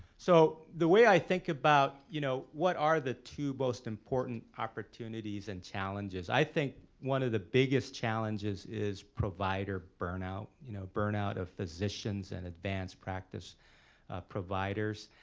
so the way i think about, you know, what are the two most important opportunities and challenges? i think one of the biggest challenges is provider burnout. you know, burnout of physicians and advance practice providers.